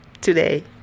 today